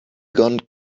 gone